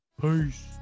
Peace